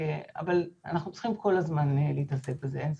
אבל אנחנו צריכים כל הזמן להתעסק בזה אין ספק.